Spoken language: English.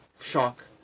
shock